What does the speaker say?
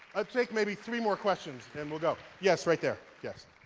i'll take maybe three more questions, then we'll go. yes, right there, yes.